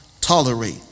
tolerate